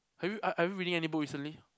have you are are you reading any book recently